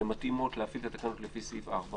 שהם מתאימים להפעיל את התקנות לפי סעיף 4,